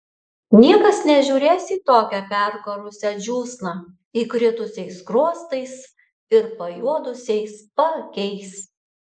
niekas nežiūrės į tokią perkarusią džiūsną įkritusiais skruostais ir pajuodusiais paakiais